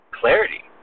clarity